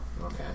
okay